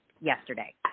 yesterday